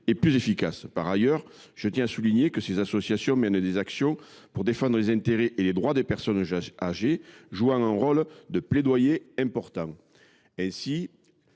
et plus efficaces. Par ailleurs, je tiens à le souligner, ces associations mènent des actions pour défendre les intérêts et les droits des personnes âgées, jouant un rôle important de